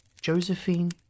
Josephine